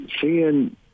seeing –